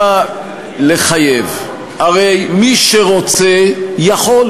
לך עד עשר דקות להציג לנו את הצעת החוק שלך.